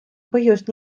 põhjust